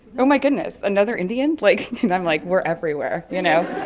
oh my goodness, another indian. like. and i'm like, we're everywhere, you know,